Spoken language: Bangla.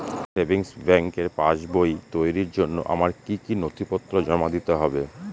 সেভিংস ব্যাংকের পাসবই তৈরির জন্য আমার কি কি নথিপত্র জমা দিতে হবে?